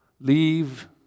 leave